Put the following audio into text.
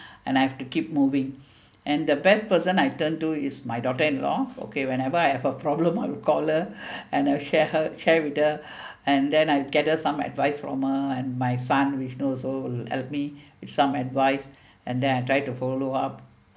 and I have to keep moving and the best person I turn to is my daughter in law okay whenever I have a problem I'll call her and I'll share her share with her and then I gather some advice from her and my son who also will help me with some advice and then I try to follow up